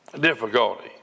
difficulty